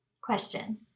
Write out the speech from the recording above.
Question